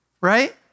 right